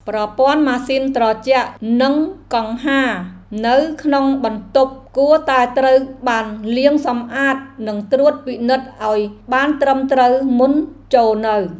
ប្រព័ន្ធម៉ាស៊ីនត្រជាក់និងកង្ហារនៅក្នុងបន្ទប់គួរតែត្រូវបានលាងសម្អាតនិងត្រួតពិនិត្យឱ្យបានត្រឹមត្រូវមុនចូលនៅ។